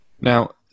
Now